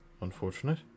unfortunate